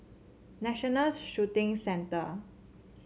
National Shooting Centre